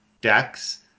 decks